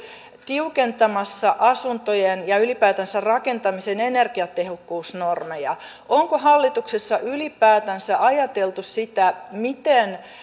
tiukentamassa asuntojen ja ylipäätänsä rakentamisen energiatehokkuusnormeja onko hallituksessa ylipäätänsä ajateltu sitä miten